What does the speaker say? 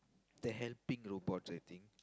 the helping robots I think